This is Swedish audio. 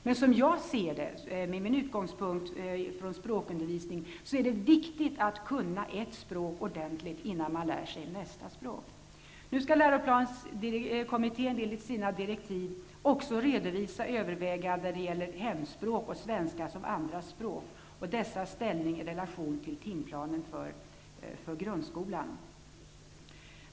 Men, som jag ser det, med min erfarenhet från språkundervisning, är det viktigt att kunna ett språk ordentligt innan man lär sig nästa språk. Nu skall läroplanskommittén enligt sina direktiv också redovisa överväganden i fråga om hemspråk och svenska som andra språk och dessas ställning i relation till timplanen för grundskolan.